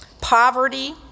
Poverty